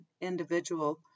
individual